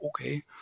Okay